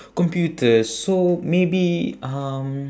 computers so maybe um